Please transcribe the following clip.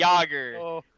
Yager